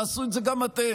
תעשו את זה גם אתם.